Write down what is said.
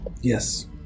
Yes